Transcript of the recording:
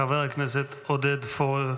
חבר הכנסת עודד פורר,